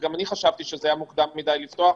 וגם אני חשבתי שזה מוקדם מדי לפתוח,